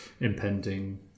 impending